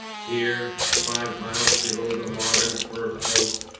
here, five miles below the modern fur post,